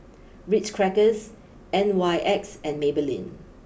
Ritz Crackers N Y X and Maybelline